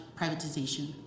privatization